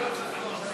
מקובלת עליך?